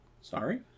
Sorry